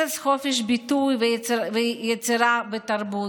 הרס חופש ביטוי ויצירה ותרבות,